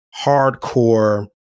hardcore